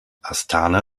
astana